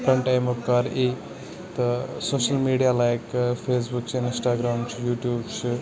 کَمہِ ٹایمہٕ کَر یی social media like Facebook چھُ اِنسٹاگریم چھُ یوٗٹوٗب چھُ